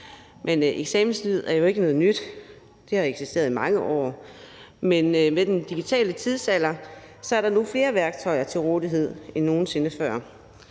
eksamenssnyd er jo ikke noget nyt. Det har eksisteret i mange år, men med den digitale tidsalder er der nu flere værktøjer til rådighed end nogen sinde før.